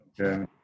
okay